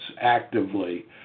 actively